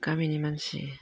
गामिनि मानसि